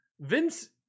Vince